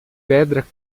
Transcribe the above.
pedra